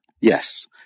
Yes